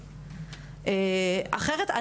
אחרת,